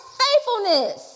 faithfulness